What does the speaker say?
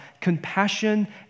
compassion